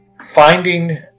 Finding